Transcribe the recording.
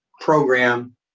program